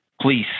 please